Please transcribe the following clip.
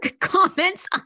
Comments